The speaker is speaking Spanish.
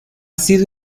sido